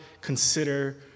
consider